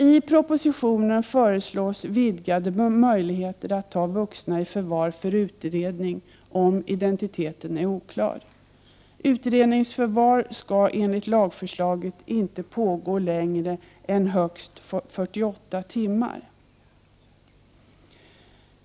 I propositionen föreslås vidgade möjligheter att ta vuxna i förvar för utredning om identiteten är oklar. Utredningsförvar skall enligt lagförslaget inte pågå längre än högst 48 timmar.